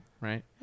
right